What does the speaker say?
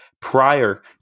prior